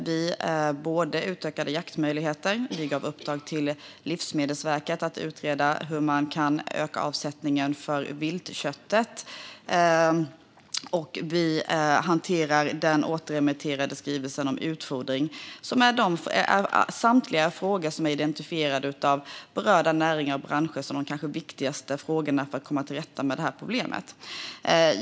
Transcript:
Vi utökade jaktmöjligheterna och gav i uppdrag till Livsmedelsverket att utreda hur man kan öka avsättningen för viltköttet, och vi hanterar den återremitterade skrivelsen om utfodring. Samtliga av dessa frågor är identifierade av berörda näringar och branscher som de kanske viktigaste för att komma till rätta med det här problemet.